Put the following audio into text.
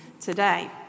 today